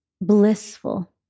blissful